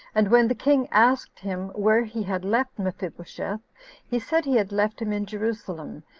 and when the king asked him where he had left mephibosheth he said he had left him in jerusalem,